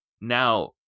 now